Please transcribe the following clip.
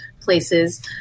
places